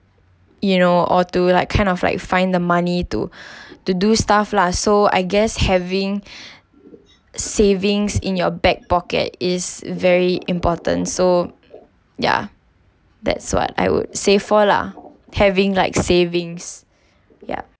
you know or to like kind of like find the money to to do stuff lah so I guess having savings in your back pocket is very important so yeah that's what I would save for lah having like savings ya